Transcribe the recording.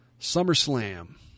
SummerSlam